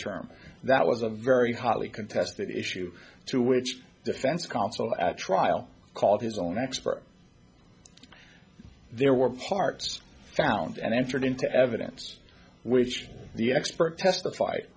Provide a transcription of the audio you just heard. term that was a very hotly contested issue to which defense counsel at trial called his own expert there were parts found and entered into evidence which the expert testified